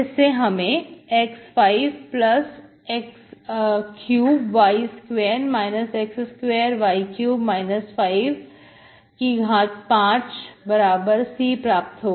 इससे हमें x5x3y2 x2y3 y5C प्राप्त होगा